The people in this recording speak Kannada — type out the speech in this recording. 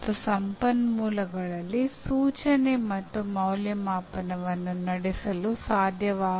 ಈಗ ಅಂದಾಜುವಿಕೆಯ ಮತ್ತೊಂದು ಪ್ರಮುಖ ಅಂಶವೆಂದರೆ ಇರಿಸಿಕೆ